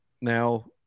Now